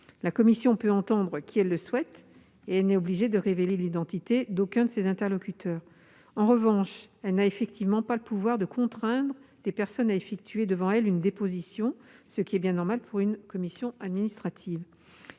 La CNDASPE peut entendre qui elle souhaite et n'est obligée de révéler l'identité d'aucun de ses interlocuteurs. En revanche, elle n'a effectivement pas le pouvoir de contraindre des personnes à effectuer devant elle une déposition, ce qui est bien normal pour une commission administrative.